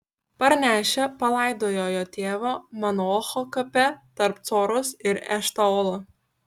parnešę palaidojo jo tėvo manoacho kape tarp coros ir eštaolo